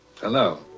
Hello